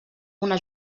una